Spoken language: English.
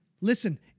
listen